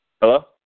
Hello